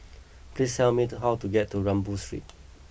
please tell me to how to get to Rambau Street